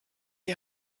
die